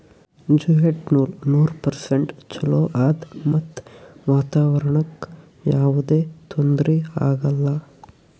jute ನೂಲ್ ನೂರ್ percent ಚೊಲೋ ಆದ್ ಮತ್ತ್ ವಾತಾವರಣ್ಕ್ ಯಾವದೇ ತೊಂದ್ರಿ ಆಗಲ್ಲ